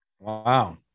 Wow